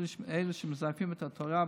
אלו שמזייפים את התורה,